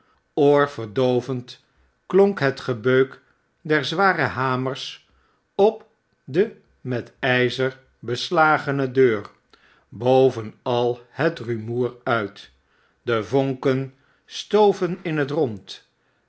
oorverdoovend klonk het gebeuk der zware hamers op de met ijzer beslagene deur bovenal het rumoer uit de vonken stoven in het rond